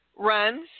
Runs